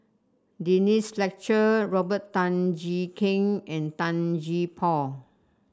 Denise Fletcher Robert Tan Jee Keng and Tan Gee Paw